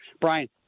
Brian